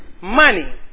money